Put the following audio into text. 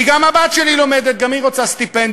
כי גם הבת שלי לומדת, גם היא רוצה סטיפנדיה.